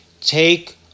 take